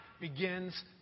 begins